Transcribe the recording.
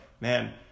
man